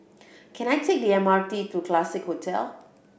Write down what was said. can I take the M R T to Classique Hotel